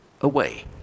away